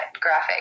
graphic